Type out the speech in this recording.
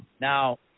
Now